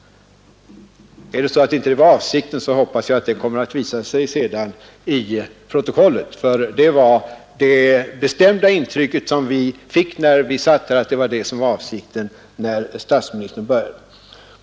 Om det inte var avsikten hoppas jag att det kommer att visa sig i protokollet. När vi satt här och lyssnade till statsministerns anförande fick vi emellertid det bestämda intrycket att hans avsikt var att misstänkliggöra.